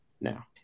now